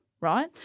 right